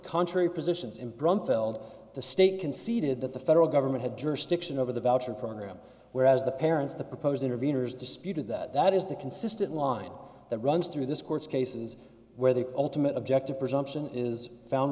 contrary positions in brumfield the state conceded that the federal government had jurisdiction over the voucher program whereas the parents the proposed intervenors disputed that that is the consistent line that runs through this court's cases where the ultimate objective presumption is found